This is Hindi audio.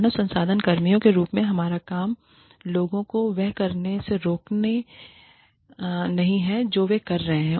मानव संसाधन कर्मियों के रूप में हमारा काम लोगों को वह करने से रोकना नहीं है जो वे कर रहे हैं